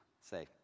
Say